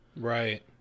Right